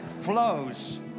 flows